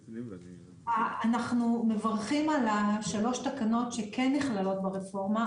אנחנו מברכים על שלוש התקנות שכן נכללות ברפורמה,